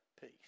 peace